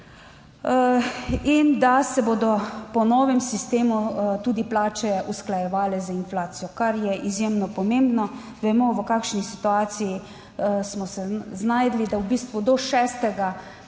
in da se bodo po novem sistemu tudi plače usklajevale z inflacijo, kar je izjemno pomembno. Vemo, v kakšni situaciji smo se znajdli, da v bistvu 30. TRAK: